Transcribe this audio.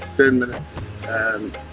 ten minutes and